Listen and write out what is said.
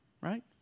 right